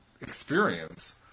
experience